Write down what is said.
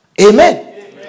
Amen